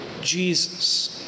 Jesus